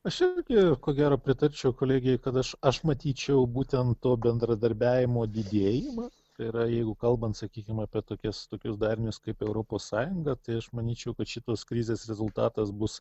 aš irgi ko gero pritarčiau kolegei kad aš aš matyčiau būtent to bendradarbiavimo didėjimą tai yra jeigu kalbant sakykim apie tokias tokius darinius kaip europos sąjunga tai aš manyčiau kad šitos krizės rezultatas bus